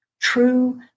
true